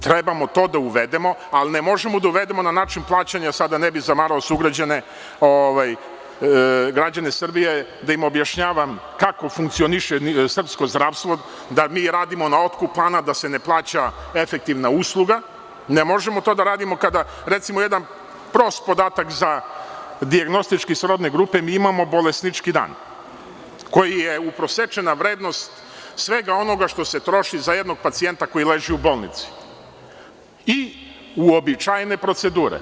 Treba to da uvedemo, ali ne možemo da uvedemo na način plaćanja, da sad ne bih zamarao sugrađane, građane Srbije, da im objašnjavam kako funkcioniše srpsko zdravstvo, da mi radimo na otkup plana da se ne plaća efiktivna usluga, ne možemo to da radimo kada, recimo, jedan prost podatak za dijagnostičke srodne grupe mi imamo bolesnički dan koji je uprosečena vrednost svega onoga što se troši za jednog pacijenta koji leži u bolnici i uobičajene procedure.